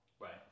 Right